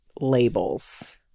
labels